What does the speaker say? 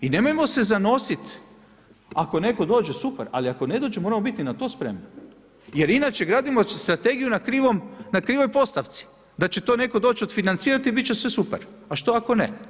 I nemojmo se zanositi ako neto dođe, super, ali ako ne dođe, moramo biti na to spremni jer inače gradimo strategiju na krivoj postavci, da će to netko doći odfinancirati i bit će sve super, a što ako ne?